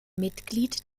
mitglied